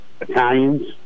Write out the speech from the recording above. Italians